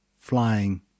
flying